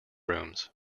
rooms